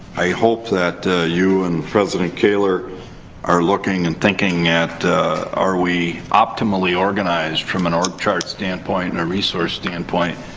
i hope that you and president kaler are looking and thinking at are we optimally organized, from an org chart standpoint and a resource standpoint,